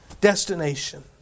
Destination